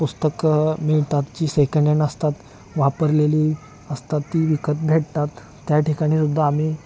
पुस्तकं मिळतात जी सेकंड हँड असतात वापरलेली असतात ती विकत भेटतात त्या ठिकाणीसुद्धा आम्ही